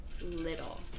little